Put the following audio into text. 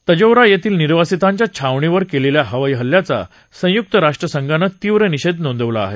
Tajoura येथील निर्वासितांच्या छावणीवर केलेल्या हवाई हल्ल्याचा संयुक्त राष्ट्रसंघानं तीव्र निषेध नोंदवला आहे